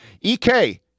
EK